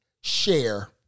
share